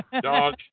Dog